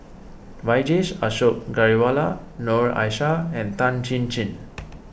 Vijesh Ashok Ghariwala Noor Aishah and Tan Chin Chin